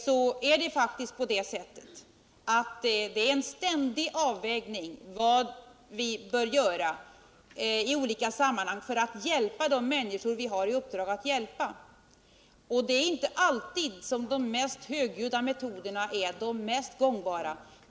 Det är faktiskt en ständig avvägning av vad vi bör göra I olika sammanhang för att hjälpa de människor vi har i uppdrag att hjälpa. Det är inte alltid som de mest högljudda metoderna är de mest gångbara.